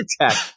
attack